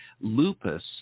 lupus